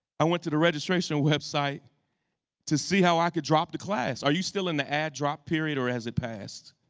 i went to the registration website to see how i could drop the class. are you still in the ad drop period or has it passed?